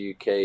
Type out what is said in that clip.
UK